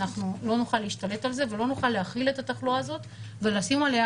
לא נוכל להשתלט על זה ולא נוכל להכיל את התחלואה הזאת ולשים עליה,